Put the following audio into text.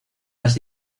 las